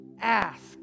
ask